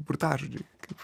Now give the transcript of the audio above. burtažodžiai kaip